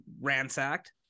ransacked